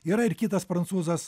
yra ir kitas prancūzas